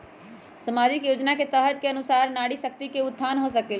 सामाजिक योजना के तहत के अनुशार नारी शकति का उत्थान हो सकील?